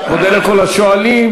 מודה לכל השואלים.